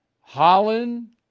Holland